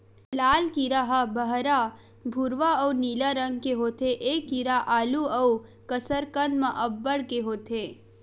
लाल कीरा ह बहरा भूरवा अउ नीला रंग के होथे ए कीरा आलू अउ कसरकंद म अब्बड़ के होथे